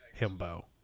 himbo